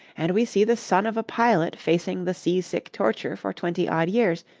and we see the son of a pilot facing the seasick torture for twenty-odd years,